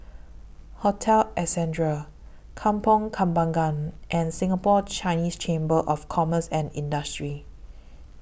Hotel Ascendere Kampong Kembangan and Singapore Chinese Chamber of Commerce and Industry